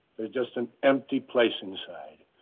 there's just an empty place inside.